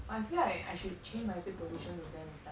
but I feel like I should change my bed position to there next time